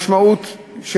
שמשמעותו